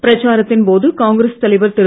பிரச்சாரத்தின் போது காங்கிரஸ் தலைவர் திரு